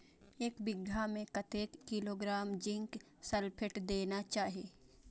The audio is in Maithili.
एक बिघा में कतेक किलोग्राम जिंक सल्फेट देना चाही?